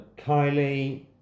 Kylie